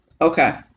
Okay